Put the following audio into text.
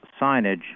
signage